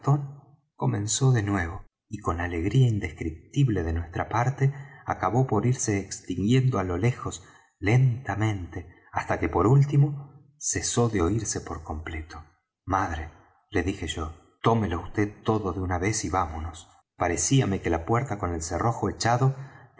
comenzó de nuevo y con alegría indescriptible de nuestra parte acabó por irse extinguiendo á lo lejos lentamente hasta que por último cesó de oirse por completo madre le dije yo tómelo vd todo de una vez y vámonos parecíame que la puerta con el cerrojo echado